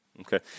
Okay